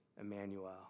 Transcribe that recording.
Emmanuel